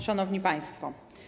Szanowni Państwo!